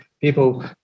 people